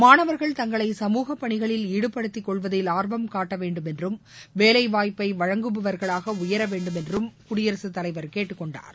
மாணவர்கள் தங்களை சமூக பணிகளில் ஈடுபடுத்திக் கொள்வதில் ஆர்வம் காட்ட வேண்டும் என்றும் வேலை வாய்ப்பை வழங்குபவர்களாக உயர வேண்டும் என்றும் குடியரசுத் தலைவர் கேட்டுக் கொண்டார்